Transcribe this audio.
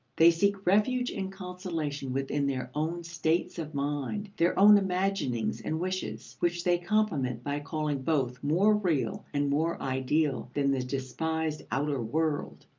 they seek refuge and consolation within their own states of mind, their own imaginings and wishes, which they compliment by calling both more real and more ideal than the despised outer world.